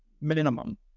minimum